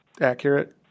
accurate